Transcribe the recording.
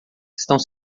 estão